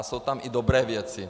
Jsou tam i dobré věci.